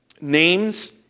names